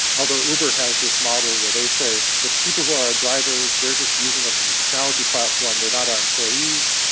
although uber has this model where they say the people who are our drivers, they are just using us as a technology platform, they are not our employees,